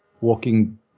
walking